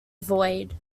void